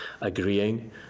agreeing